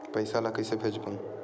पईसा ला कइसे भेजबोन?